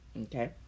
okay